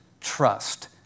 trust